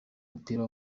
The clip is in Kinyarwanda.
w’umupira